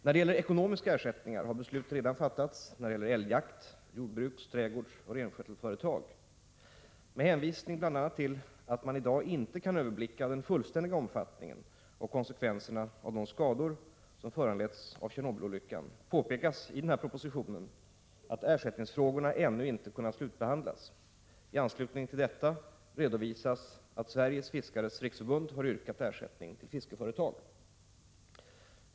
När det gäller ekonomiska ersättningar har beslut redan fattats i fråga om älgjakten och om jordbruks-, trädgårdsoch renskötselföretag. Med hänvisning bl.a. till att man i dag inte kan överblicka den fullständiga omfattningen och konsekvenserna av de skador som föranletts av Tjernobylolyckan påpekas i propositionen att ersättningsfrågorna ännu inte kunnat slutbehandlas. I anslutning härtill redovisas att Sveriges fiskares riksförbund har yrkat ersättning till fiskeföretag.